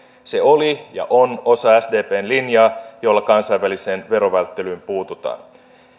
se oli ja on osa sdpn linjaa jolla kansainväliseen verovälttelyyn puututaan